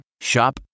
Shop